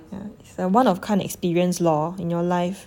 yeah one of a kind experience lor in your life